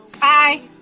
Bye